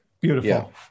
Beautiful